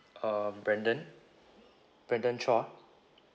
um brandon brandon chua